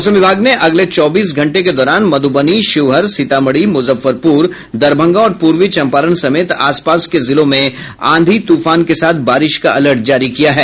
मौसम विभाग ने अगले चौबीस घंटे के दौरान मध्रबनी शिवहर सीतामढ़ी मुजफ्फरपुर दरभंगा और पूर्वी चम्पारण समेत आस पास के जिलों में आंधी तूफान के साथ बारिश का अलर्ट जारी किया है